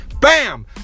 bam